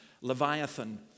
Leviathan